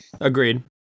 Agreed